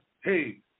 hey